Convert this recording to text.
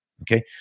okay